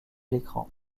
l’écran